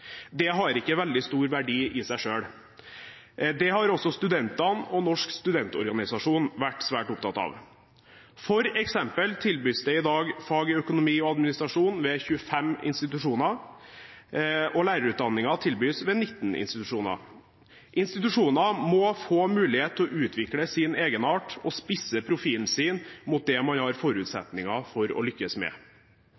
Det har ikke veldig stor verdi i seg selv. Det har også studentene og Norsk studentorganisasjon vært svært opptatt av. For eksempel tilbys det i dag fag i økonomi og administrasjon ved 25 institusjoner, og lærerutdanningen tilbys ved 19 institusjoner. Institusjoner må få mulighet til å utvikle sin egenart og spisse profilen sin mot det man har forutsetninger for å lykkes med.